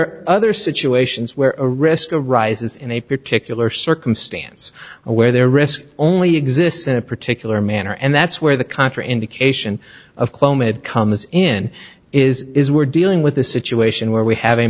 are other situations where a risk of rises in a particular circumstance where their risk only exists in a particular manner and that's where the contra indication of clomid comes in is is we're dealing with a situation where we have a